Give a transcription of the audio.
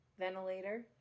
ventilator